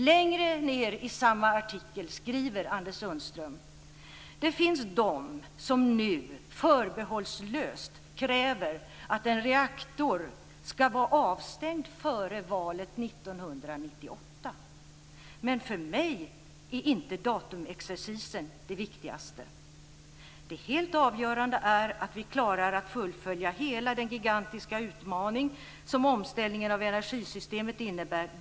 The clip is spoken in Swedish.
Längre ned i samma artikel skriver Anders Sundström: "Det finns de som nu förbehållslöst kräver att en reaktor ska vara avstängd före valet 1998. Men för mig är inte datumexercisen det viktigaste. Det helt avgörande är att vi klarar att fullfölja hela den gigantiska utmaning som omställningen av energisystemet innebär.